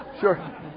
Sure